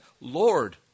Lord